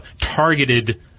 targeted